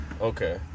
okay